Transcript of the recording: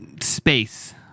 space